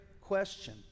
question